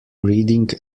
reading